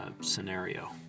scenario